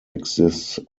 exists